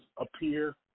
appear